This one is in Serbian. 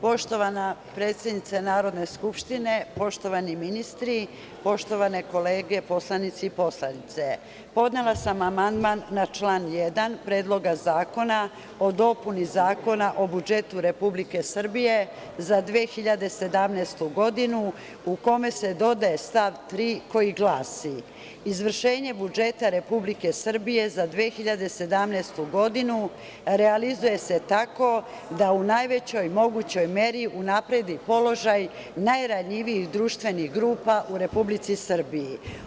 Poštovana predsednice Narodne skupštine, poštovani ministri, poštovane kolege poslanici i poslanice, podnela sam amandman na član 1. Predloga zakona o dopuni Zakona o budžetu Republike Srbije za 2017. godinu u kome se dodaje stav 3. koji glasi – izvršenje budžeta Republike Srbije za 2017. godinu realizuje se tako da u najvećoj mogućoj meri unapredi položaj najranjivijih društvenih grupa u Republici Srbiji.